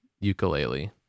ukulele